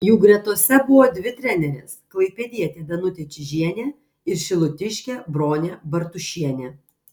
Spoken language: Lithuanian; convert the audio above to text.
jų gretose buvo dvi trenerės klaipėdietė danutė čyžienė ir šilutiškė bronė bartušienė